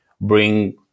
bring